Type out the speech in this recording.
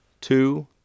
two